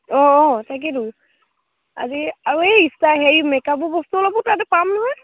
অঁ অঁ তাকেইটো আজি আৰু এই হেৰি মেকআপৰ বস্তু অলপ তাতে পাম নহয়